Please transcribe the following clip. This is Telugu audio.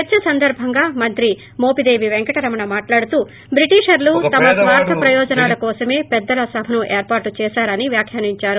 చర్చ సందర్బంగా మంత్రి మోపిదేవి పెంకటరమణ మాట్లాడుతూ బ్రిటిషర్లు తమ స్వార్థ ప్రయోజనాల కోసమే పెద్దల సభను ఏర్పాటు చేశారని వ్యాఖ్యానించారు